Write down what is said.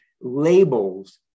labels